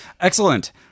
excellent